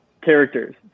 characters